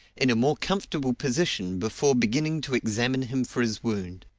in a more comfortable position before beginning to examine him for his wound.